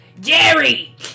Jerry